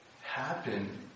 happen